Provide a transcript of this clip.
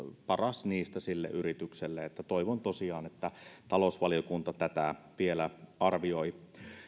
paras sille yritykselle eli toivon tosiaan että talousvaliokunta tätä vielä arvioi